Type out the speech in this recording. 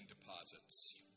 deposits